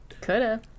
coulda